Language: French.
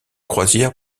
croisière